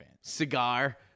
Cigar